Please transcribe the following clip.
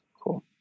cool